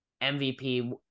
MVP